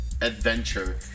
adventure